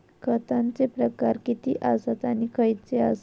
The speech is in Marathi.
खतांचे प्रकार किती आसत आणि खैचे आसत?